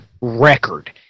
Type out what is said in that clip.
record